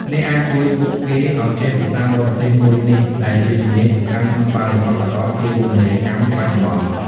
អ្នកអាចជួយពួកគេឱ្យចេះភាសាបរទេសមួយនេះ ដែលជាជំនាញសំខាន់ក្នុងបរិបទសាកលភាវូបនីយកម្មបច្ចុប្បន្ន។